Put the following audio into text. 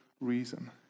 reason